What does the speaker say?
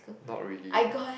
not really ah